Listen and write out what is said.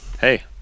Hey